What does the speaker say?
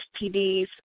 STDs